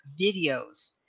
videos